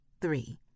three